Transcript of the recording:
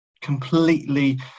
completely